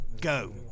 Go